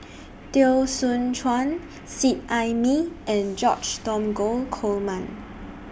Teo Soon Chuan Seet Ai Mee and George Dromgold Coleman